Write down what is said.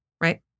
Right